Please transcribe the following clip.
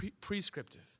prescriptive